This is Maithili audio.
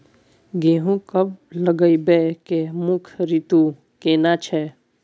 गेहूं कब लगाबै के मुख्य रीतु केना छै?